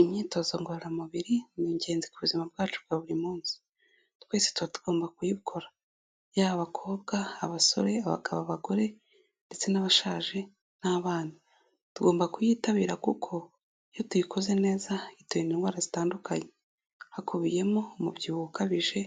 Imyitozo ngororamubiri ni ingenzi ku buzima bwacu bwa buri munsi, twese tuba tugomba kuyikora. Yaba abakobwa abasore abagabo, abagore ndetse n'abashaje n'abana. Tugomba kuyitabira kuko iyo tuyikoze neza iturinda indwara zitandukanye. Hakubiyemo umubyibuho ukabije,